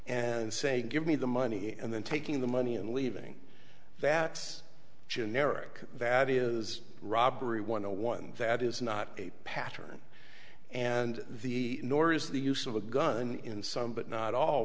and saying give me the money and then taking the money and leaving that generic that is robbery one the one that is not a pattern and the nor is the use of a gun in some but not all